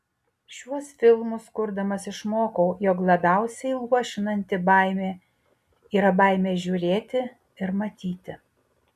šiuos filmus kurdamas išmokau jog labiausiai luošinanti baimė yra baimė žiūrėti ir matyti